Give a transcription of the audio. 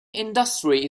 industry